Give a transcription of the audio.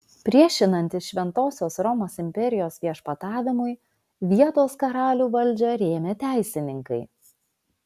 priešinantis šventosios romos imperijos viešpatavimui vietos karalių valdžią rėmė teisininkai